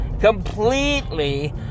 completely